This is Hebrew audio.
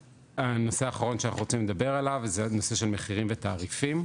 הנושא האחרון שאנחנו רוצים לדבר עליו זה נושא של מחירים ותעריפים,